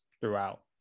throughout